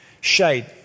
Shade